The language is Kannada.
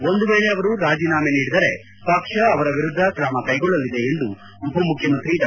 ಒಂದು ವೇಳೆ ಅವರು ರಾಜೀನಾಮೆ ನೀಡಿದರೆ ಪಕ್ಷ ಅವರ ವಿರುದ್ಧ ತ್ರಮ ಕೈಗೊಳ್ಳಲಿದೆ ಎಂದು ಉಪ ಮುಖ್ಯಮಂತ್ರಿ ಡಾ